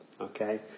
Okay